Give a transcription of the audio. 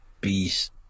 beast